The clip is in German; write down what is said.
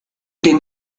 den